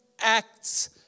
acts